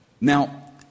Now